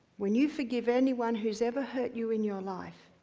when you forgive anyone whose ever hurt you in your life